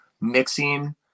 mixing